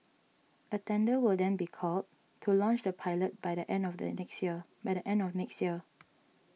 a tender will then be called to launch the pilot by the end of next year